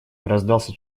раздался